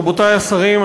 רבותי השרים,